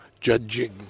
judging